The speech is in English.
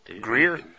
Greer